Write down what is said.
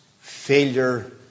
failure